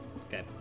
Okay